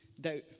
doubt